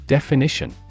Definition